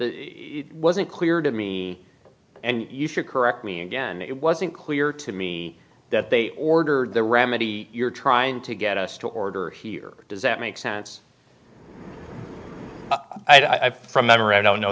that wasn't clear to me and you should correct me again it wasn't clear to me that they ordered the remedy you're trying to get us to order here does that make sense i think from memory i don't know